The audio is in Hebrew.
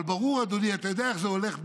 אבל ברור, אדוני, אתה יודע איך זה הולך,